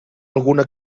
alguna